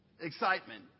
excitement